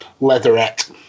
leatherette